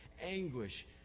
anguish